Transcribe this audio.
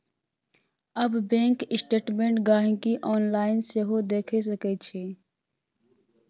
आब bank statement गांहिकी online सेहो देखि सकै छै